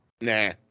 Nah